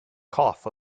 cough